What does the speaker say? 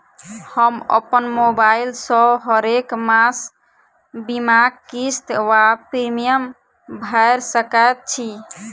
हम अप्पन मोबाइल सँ हरेक मास बीमाक किस्त वा प्रिमियम भैर सकैत छी?